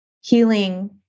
healing